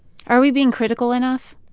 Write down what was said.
are we being critical enough.